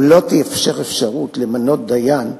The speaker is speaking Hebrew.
אם לא יתאפשר למנות דיין,